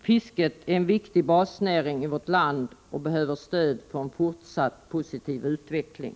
Fisket är en viktig basnäring i vårt land och behöver stöd för en fortsatt positiv utveckling.